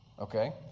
Okay